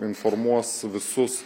informuos visus